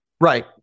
Right